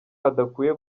adakwiye